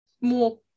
more